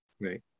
Right